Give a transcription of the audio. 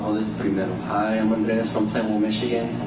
ah this premed hi i'm andreas from plainville michigan